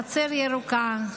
חצר ירוקה,